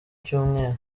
cyumweru